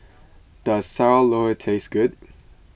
does Sayur Lodeh taste good